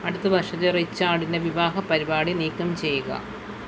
അടുത്ത വർഷത്തെ റിച്ചാർഡിൻ്റെ വിവാഹ പരിപാടി നീക്കം ചെയ്യുക